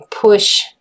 push